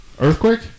Earthquake